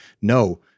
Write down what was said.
no